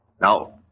Now